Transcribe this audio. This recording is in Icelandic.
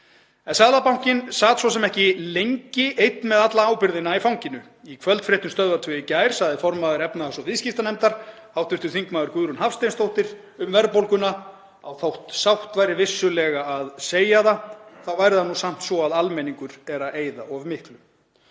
En Seðlabankinn sat svo sem ekki lengi einn með alla ábyrgðina í fanginu. Í kvöldfréttum Stöðvar 2 í gær sagði formaður efnahags- og viðskiptanefndar, hv. þm. Guðrún Hafsteinsdóttir, um verðbólguna að þótt sárt væri vissulega að segja það þá væri það nú samt svo að almenningur væri að eyða of miklu.